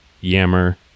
Yammer